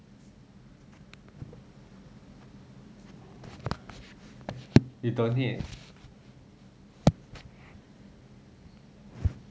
you don't need